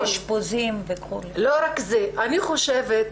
לא רק זה, אני חושבת,